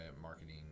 marketing